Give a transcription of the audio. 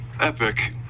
Epic